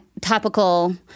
topical